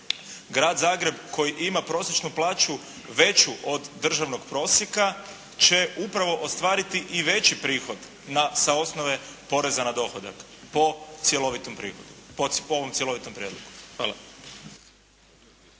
Grad Zagreb koji ima prosječnu plaću veću od državnog prosjeka će upravo ostvariti i veći prihod sa osnove poreza na dohodak po cjelovitom prihodu, po